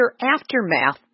aftermath